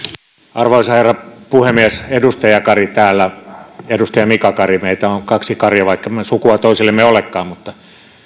arvoisa herra puhemies edustaja kari täällä edustaja mika kari meitä on kaksi karia vaikkemme sukua toisillemme olekaan mutta